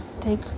Take